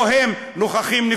או שהם נוכחים-נפקדים?